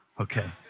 okay